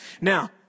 Now